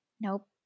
Nope